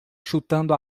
chutando